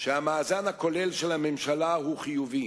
שהמאזן הכולל של הממשלה הוא חיובי.